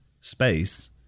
space